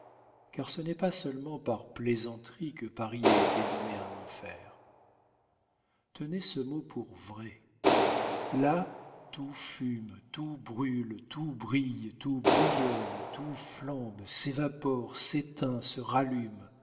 car ce n'est pas seulement par plaisanterie que paris a été nommé un enfer tenez ce mot pour vrai là tout fume tout brûle tout brille tout bouillonne tout flambe s'évapore s'éteint se rallume